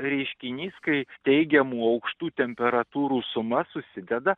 reiškinys kai teigiamų aukštų temperatūrų suma susideda